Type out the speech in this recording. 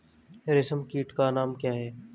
रेशम कीट का नाम क्या है?